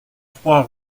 trois